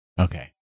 okay